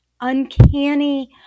uncanny